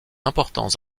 importants